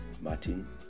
Martin